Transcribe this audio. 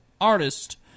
artist